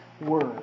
Word